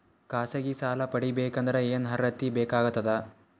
ಖಾಸಗಿ ಸಾಲ ಪಡಿಬೇಕಂದರ ಏನ್ ಅರ್ಹತಿ ಬೇಕಾಗತದ?